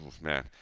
man